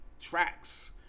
tracks